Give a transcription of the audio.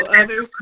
others